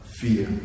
fear